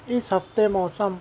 اس ہفتے موسم